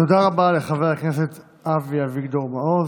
תודה רבה לחבר הכנסת אבי אביגדור מעוז.